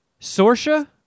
Sorsha